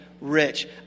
rich